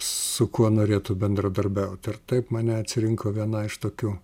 su kuo norėtų bendradarbiauti ir taip mane atsirinko viena iš tokių